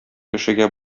кешегә